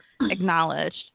acknowledged